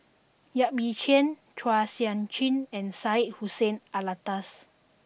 Yap Ee Chian Chua Sian Chin and Syed Hussein Alatas